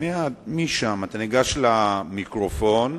ניגש למיקרופון.